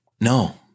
No